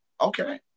okay